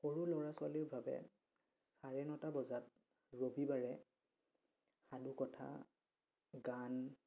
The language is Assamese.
সৰু ল'ৰা ছোৱালীৰ বাবে চাৰে নটা বজাত ৰবিবাৰে সাধু কথা গান